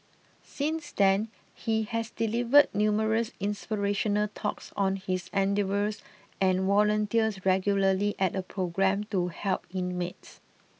since then he has delivered numerous inspirational talks on his endeavours and volunteers regularly at a programme to help inmates